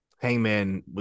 Hangman